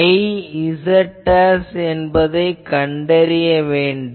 Iz என்பதைக் கண்டறிய வேண்டும்